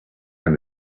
and